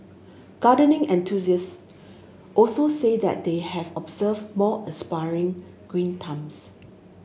gardening enthusiast also say that they have observed more aspiring green thumbs